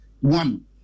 one